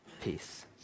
peace